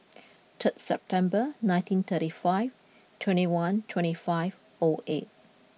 third September nineteen thirty five twenty one twenty five O eight